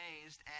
amazed